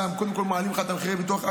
קודם כול מעלים לך את מחירי הביטוח,